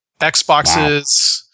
Xboxes